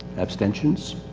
abstentions?